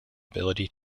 ability